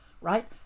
right